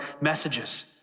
messages